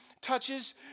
touches